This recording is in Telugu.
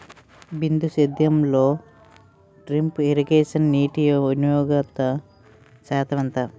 బిందు సేద్యంలో డ్రిప్ ఇరగేషన్ నీటివినియోగ శాతం ఎంత?